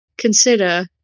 Consider